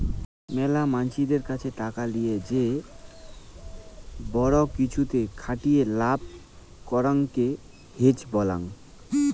মেলা মানসিদের কাছে টাকা লিয়ে যে বড়ো কিছুতে খাটিয়ে লাভ করাঙকে হেজ বলাং